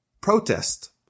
protest